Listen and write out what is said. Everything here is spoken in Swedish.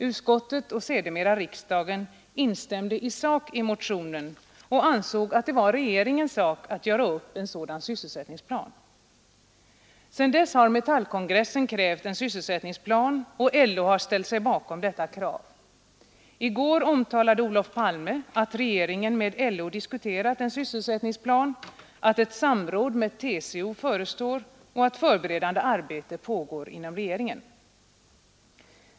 Utskottet och sedermera riksdagen instämde i sak i motionen och ansåg att det var regeringens sak att göra upp en sådan sysselsättningsplan. Sedan dess har Metallkongressen krävt en sysselsättningsplan, och LO har ställt sig bakom dessa krav. I går omtalade Olof Palme att regeringen med LO diskuterat en sysselsättningsplan, att ett samråd med TCO förestår och att förberedande arbete pågår inom regeringen.